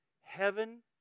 Heaven